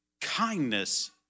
kindness